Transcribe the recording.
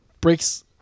breaks